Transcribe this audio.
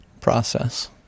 process